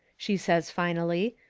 she says, finally,